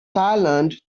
thailand